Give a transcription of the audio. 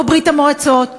לא ברית-המועצות,